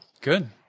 Good